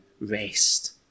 rest